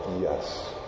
Yes